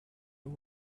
old